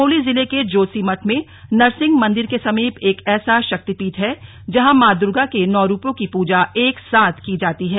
चमोली जिले के जो ीमठ में नरसिंह मंदिर के समीप एक ऐसा शाक्तिपीठ है जहां मां दुर्गा के नौ रुपों की पूजा एक साथ की जाती है